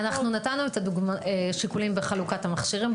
אנחנו נתנו את השיקולים בחלוקת המכשירים.